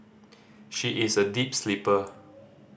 she is a deep sleeper